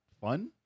fun